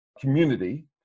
community